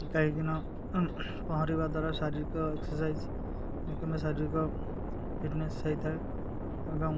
କାହିଁକିନା ପହଁରିବା ଦ୍ୱାରା ଶାରୀରିକ ଏକ୍ସରସାଇଜ କିମ୍ବା ଶାରୀରିକ ଫିଟନେସ୍ ହେଇଥାଏ ଏବଂ